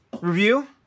review